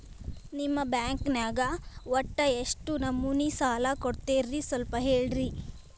ನಿಮ್ಮ ಬ್ಯಾಂಕ್ ನ್ಯಾಗ ಒಟ್ಟ ಎಷ್ಟು ನಮೂನಿ ಸಾಲ ಕೊಡ್ತೇರಿ ಸ್ವಲ್ಪ ಹೇಳ್ರಿ